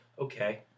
okay